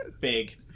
big